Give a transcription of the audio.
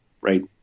Right